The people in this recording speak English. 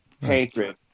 hatred